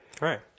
Right